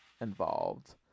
involved